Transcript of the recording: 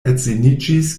edziniĝis